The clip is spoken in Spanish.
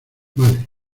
vale